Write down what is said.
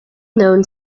known